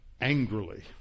angrily